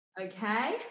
okay